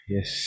Yes